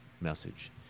message